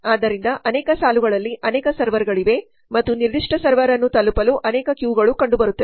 ಆದ್ದರಿಂದ ಅನೇಕ ಸಾಲುಗಳಲ್ಲಿ ಅನೇಕ ಸರ್ವರ್ಗಳಿವೆ ಮತ್ತು ನಿರ್ದಿಷ್ಟ ಸರ್ವರ್ ಅನ್ನು ತಲುಪಲು ಅನೇಕ ಕ್ಯೂ ಗಳು ಕಂಡುಬರುತ್ತವೆ